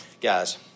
guys